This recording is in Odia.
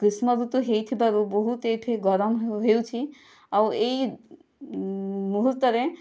ଗ୍ରୀଷ୍ମ ଋତୁ ହୋଇଥିବାରୁ ବହୁତ ଏଠି ଗରମ ହ ହେଉଛି ଆଉ ଏହି ମୁହୂର୍ତ୍ତରେ